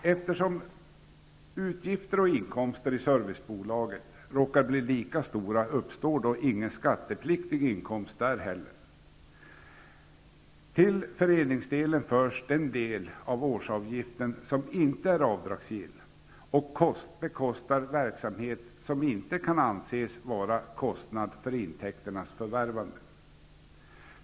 Eftersom utgifter och inkomster i servicebolaget ''råkar'' bli lika stora, uppstår ingen skattepliktig inkomst där heller. Till föreningsdelen förs den del av årsavgiften som inte är avdragsgill och bekostar därmed den verksamhet som inte kan anses utgöra ''kostnad för intäkternas förvärvande''.